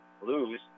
lose